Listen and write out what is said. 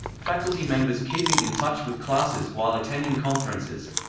faculty members keeping in touch with classes while attending conferences